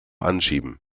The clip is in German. anschieben